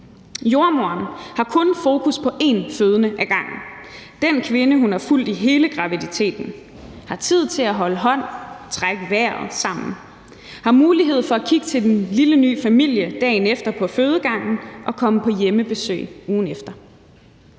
Jordemoderen har kun fokus på en fødende ad gangen: den kvinde, hun har fulgt i hele graviditeten. Hun har tid til at holde hånd, trække vejret sammen med hende. Hun har mulighed for at kigge til den lille, ny familie dagen efter på fødegangen og komme på hjemmebesøg ugen efter.